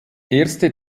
erste